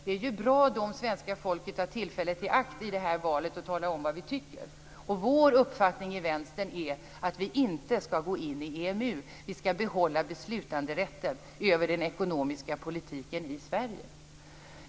Då är det bra om svenska folket tar tillfället i akt i det här valet och talar om vad vi tycker. Vår uppfattning i Vänstern är att vi inte skall gå in i EMU. Vi skall behålla beslutanderätten över den ekonomiska politiken i Sverige.